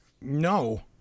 No